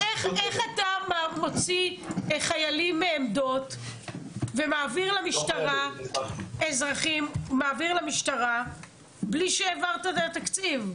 איך אתה מוציא חיילים מעמדות ומעביר למשטרה בלי שהעברת את התקציב?